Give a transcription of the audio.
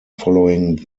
following